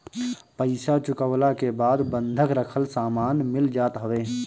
पईसा चुकवला के बाद बंधक रखल सामान मिल जात हवे